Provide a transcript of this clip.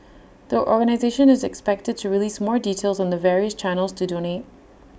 the organisation is expected to release more details on the various channels to donate